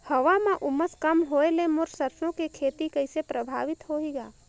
हवा म उमस कम होए ले मोर सरसो के खेती कइसे प्रभावित होही ग?